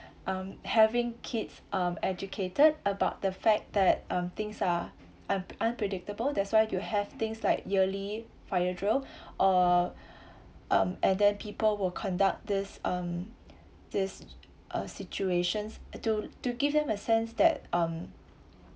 um having kids um educated about the fact that um things are un~ unpredictable that's why you have things like yearly fire drill or um and then people will conduct this um this uh situations to to give them a sense that um